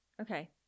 Okay